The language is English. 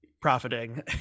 profiting